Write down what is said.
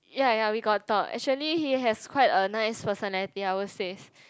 ya ya we got talk actually he has quite a nice personality I will says